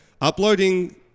uploading